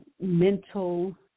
mental